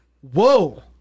Whoa